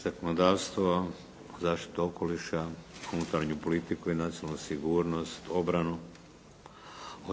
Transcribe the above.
Zakonodavstvo? Zaštitu okoliša? Unutarnju politiku i nacionalnu sigurnost? Obranu.